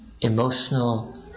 emotional